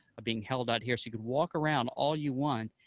of being held out here, so you could walk around all you want,